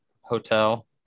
hotel